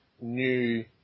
new